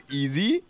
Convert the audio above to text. easy